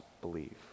believe